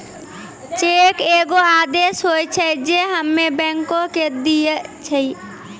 cheque एगो आदेश होय छै जे हम्मे बैंको के दै छिये